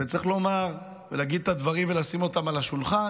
וצריך לומר ולהגיד את הדברים ולשים אותם על השולחן,